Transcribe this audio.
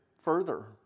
further